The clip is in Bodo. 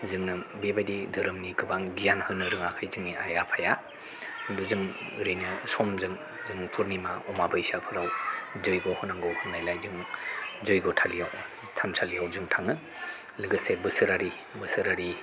जोंनो बेबायदि धोरोमनि गोबां गियान होनो रोङाखै जोंनि आइ आफाया जों ओरैनो समजों जों फुरनिमा अमा बैसाफोराव जैग' होनांगौ होननायलाय जों जैग'थालिआव थानसालिआव जों थाङो लोगोसे बोसोरारि बोसोरारि